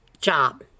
job